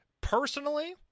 personally